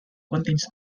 contains